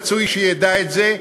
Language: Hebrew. רצוי שידע את זה,